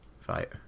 fight